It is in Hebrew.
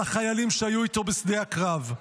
על החיילים שהיו איתו בשדה הקרב,